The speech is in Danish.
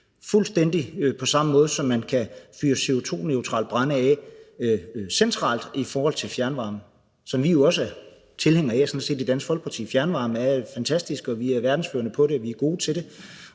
fuldstændig på samme måde, som man kan fyre CO2-neutralt brænde af centralt i forhold til fjernvarme, som vi jo sådan set også er tilhængere af i Dansk Folkeparti. Fjernvarme er jo fantastisk, og vi er verdensførende på det, vi er gode til det,